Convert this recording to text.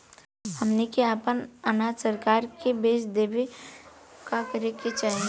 हमनी के आपन अनाज सरकार के बेचे बदे का करे के चाही?